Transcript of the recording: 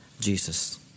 Jesus